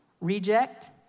reject